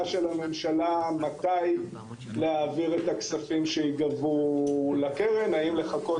של הממשלה מתי להעביר את הכספים שייגבו לקרן האם לחכות